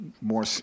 more